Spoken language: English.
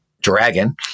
Dragon